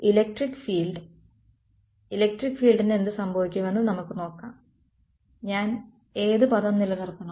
electric field electric ഫീൾഡിന് എന്ത് സംഭവിക്കുമെന്ന് നമുക്ക് നോക്കാം ഞാൻ ഏത് പദം നിലനിർത്തണം